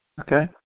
Okay